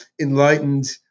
enlightened